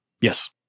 Yes